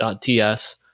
.ts